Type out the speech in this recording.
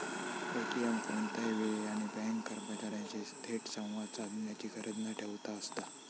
ATM कोणत्याही वेळी आणि बँक कर्मचार्यांशी थेट संवाद साधण्याची गरज न ठेवता असता